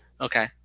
okay